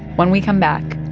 when we come back,